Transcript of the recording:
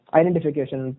identification